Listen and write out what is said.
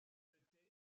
jetée